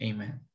Amen